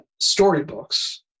storybooks